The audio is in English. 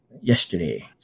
yesterday